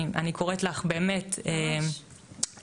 אני קוראת לך באמת לפעול,